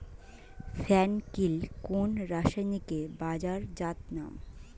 ফেন কিল কোন রাসায়নিকের বাজারজাত নাম?